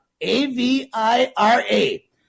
A-V-I-R-A